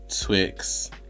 Twix